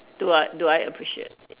do I do I appreciate